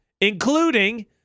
Including